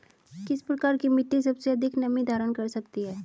किस प्रकार की मिट्टी सबसे अधिक नमी धारण कर सकती है?